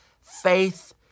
faith